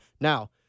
Now